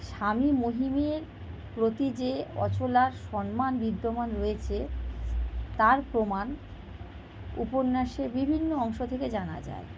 স্বামী মহিমের প্রতি যে অচলার সম্মান বিদ্যমান রয়েছে তার প্রমাণ উপন্যাসে বিভিন্ন অংশ থেকে জানা যায়